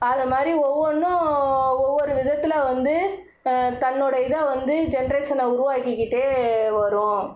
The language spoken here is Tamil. அது மாதிரி ஒவ்வொன்றும் ஒவ்வொரு விதத்தில் வந்து தன்னோடு இதை வந்து ஜென்ரேசனை உருவாக்கிக்கிட்டே வரும்